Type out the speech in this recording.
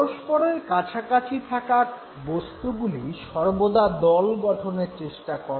পরস্পরের কাছাকাছি থাকা বস্তুগুলি সর্বদা দল গঠনের চেষ্টা করে